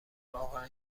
واقعا